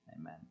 amen